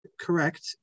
correct